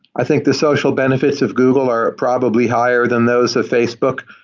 i think the social benefits of google are probably higher than those of facebook.